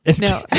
No